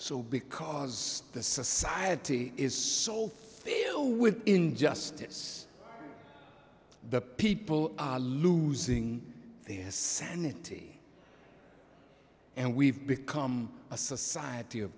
so because the society is so filled with injustice the people are losing their sanity and we've become a society of